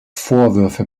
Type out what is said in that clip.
vorwürfe